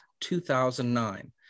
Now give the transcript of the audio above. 2009